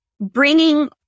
bringing